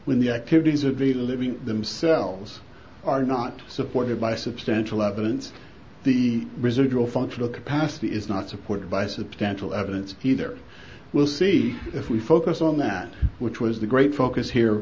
when the activities of a living themselves are not supported by substantial evidence the residual functional capacity is not supported by substantial evidence either we'll see if we focus on that which was the great focus here